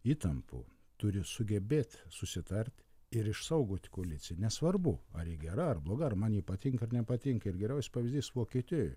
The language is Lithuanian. įtampų turi sugebėt susitarti ir išsaugoti koaliciją nesvarbu ar ji gera ar bloga ar man ji patinka ar nepatinka ir geriausias pavyzdys vokietijoj